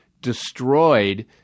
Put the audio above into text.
destroyed